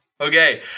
Okay